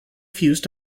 fused